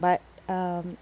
but um